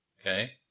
Okay